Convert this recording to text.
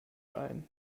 ein